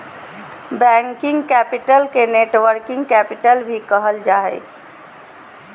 working capital के networking capital भी कहल जा हय